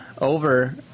over